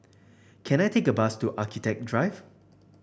can I take a bus to Architecture Drive